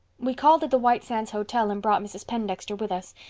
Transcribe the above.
we called at the white sands hotel and brought mrs. pendexter with us.